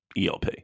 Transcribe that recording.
ELP